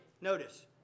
notice